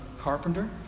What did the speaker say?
carpenter